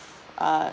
uh